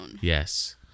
Yes